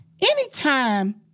anytime